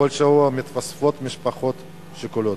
כל שבוע מתווספות משפחות שכולות,